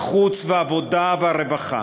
החוץ והעבודה והרווחה